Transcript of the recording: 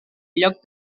lloc